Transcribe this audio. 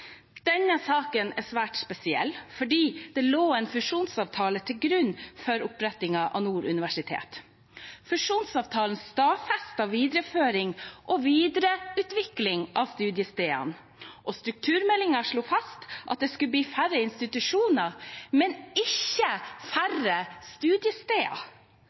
Denne saken er svært spesiell, fordi det lå en fusjonsavtale til grunn for opprettingen av Nord universitet. Fusjonsavtalen stadfestet videreføring og videreutvikling av studiestedene, og strukturmeldingen slo fast at det skulle bli færre institusjoner, men ikke færre studiesteder.